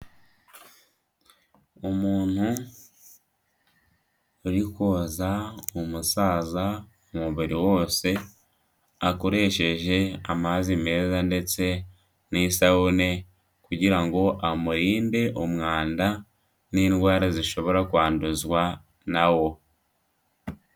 Umuntu uri koza umusaza umubiri wose akoresheje amazi meza ndetse n'isabune, kugira ngo amurinde umwanda n'indwara zishobora kwanduzwa na wo.